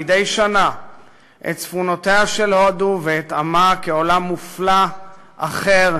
מדי שנה את צפונותיה של הודו ואת עמה כעולם מופלא אחר,